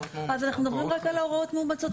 אז אנחנו מדברים רק על ההוראות מאומצות.